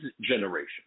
generation